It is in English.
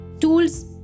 tools